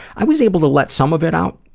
i was able to let some of it out,